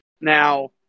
Now